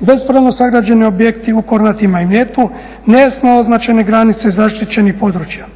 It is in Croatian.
Bespravno sagrađeni objekti u Kornatima i Mljetu, … granice zaštićenih područja.